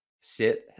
Sit